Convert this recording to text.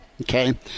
okay